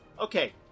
okay